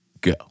Go